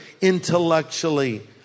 intellectually